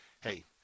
hey